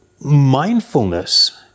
Mindfulness